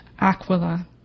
Aquila